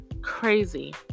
crazy